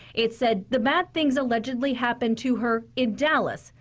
it says the bad things allegedly happened to her in dallas,